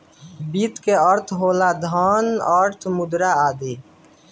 वित्त के अर्थ होला धन, अर्थ, मुद्रा आदि